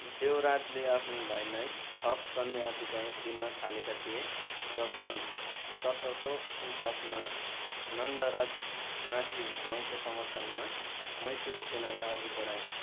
देवराजले आफ्नो भाइलाई थप सन्य अधिकार दिन थालेका थिए र सन् सत्र सौ उनन्चासमामा नन्दराज नासिर जङ्गको समर्थनमा मैसूरी सेनालाई अघि बढाए